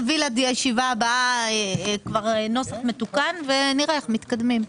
ונביא לישיבה הבאה נוסח מתוקן ונראה איך מתקדמים.